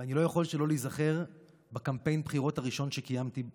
ואני לא יכול שלא להיזכר בקמפיין הבחירות הראשון שקיימתי בחיי.